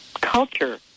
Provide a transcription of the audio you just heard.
culture